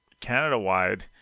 Canada-wide